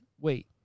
wait